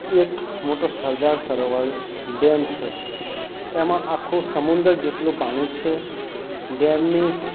એક મોટો સરદાર સરોવર ડેમ છે એમાં આખું સમુંદર જેટલું પાણી છે ડેમની